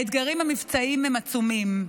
האתגרים המבצעיים הם עצומים,